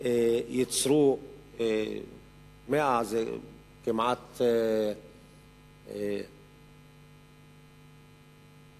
ייצרו כמעט